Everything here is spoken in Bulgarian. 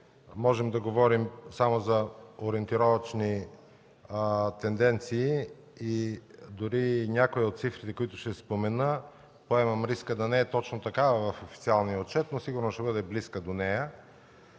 можем да говорим само за ориентировъчни тенденции. Дори някоя от цифрите, които ще спомена, поемам риска да не е точно такава в официалния отчет, но сигурно ще бъде близка до нея.